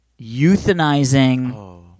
euthanizing